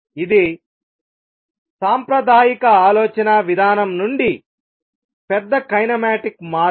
ఇది సాంప్రదాయిక ఆలోచనా విధానం నుండి పెద్ద కైనమాటిక్ మార్పు